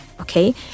Okay